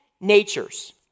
natures